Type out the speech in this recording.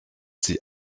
sie